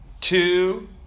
two